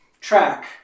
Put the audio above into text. track